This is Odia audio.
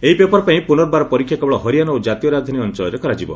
ଏହି ପେପର୍ ପାଇଁ ପୁନର୍ବାର ପରୀକ୍ଷା କେବଳ ହରିଆନା ଓ ଜାତୀୟ ରାଜଧାନୀ ଅଞ୍ଚଳରେ କରାଯିବ